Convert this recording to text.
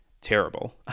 terrible